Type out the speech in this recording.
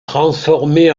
transformé